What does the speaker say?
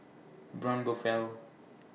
Braun Buffel